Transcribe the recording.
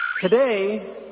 Today